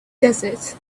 desert